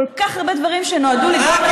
כל כך הרבה דברים שנועדו לגרום לציבור לא להקשיב.